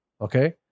Okay